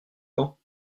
quand